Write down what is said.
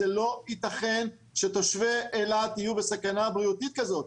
לא יתכן שתושבי אילת יהיו בסכנה בריאותית כזאת,